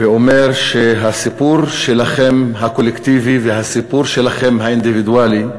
ואומר שהסיפור שלכם הקולקטיבי והסיפור שלכם האינדיבידואלי,